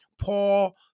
Paul